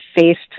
faced